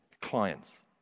clients